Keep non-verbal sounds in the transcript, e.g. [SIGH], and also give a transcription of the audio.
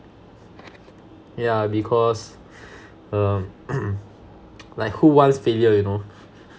yeah because um [COUGHS] [NOISE] like who wants failure you know [LAUGHS]